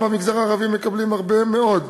במגזר הערבי מקבלים הרבה מאוד.